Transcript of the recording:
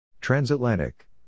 Transatlantic